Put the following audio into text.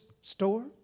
store